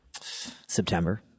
September